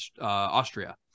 Austria